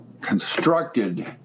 constructed